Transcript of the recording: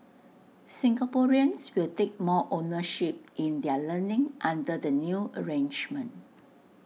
Singaporeans will take more ownership in their learning under the new arrangement